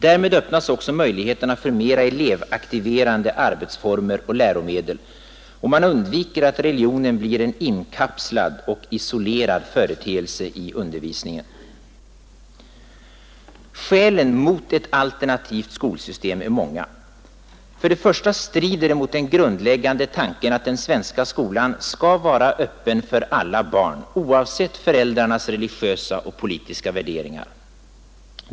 Därmed öppnas också möjligheterna för mera elevaktiverande arbetsformer och läromedel, och man undviker att religionen blir en inkapslad och isolerad företeelse i undervisningen. Skälen mot ett alternativt skolsystem är många. För det första strider det mot den grundläggande tanken att den svenska skolan skall vara öppen för alla barn, oavsett föräldrarnas religiösa och politiska värderingar.